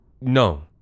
No